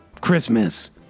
Christmas